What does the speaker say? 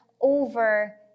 over